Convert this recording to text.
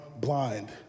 blind